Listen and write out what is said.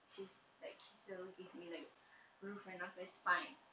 she's like she still give me like rules and ask fine